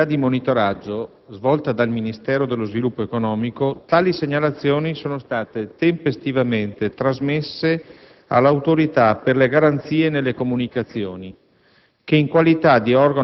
Nell'ambito dell'attività di monitoraggio svolta dal Ministero dello sviluppo economico, tali segnalazioni sono state tempestivamente trasmesse all'Autorità per le garanzie nelle comunicazioni